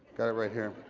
got it right here.